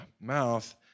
mouth